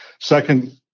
Second